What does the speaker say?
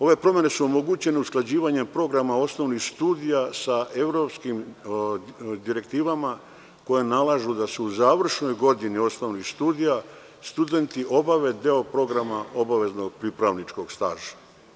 Ove promene su omogućene usklađivanjem programa osnovnih studija sa evropskim direktivama koje nalažu da u završnoj godini osnovnih studija studenti obave deo programa obaveznog pripravničkog staža.